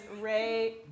Ray